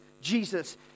Jesus